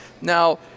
Now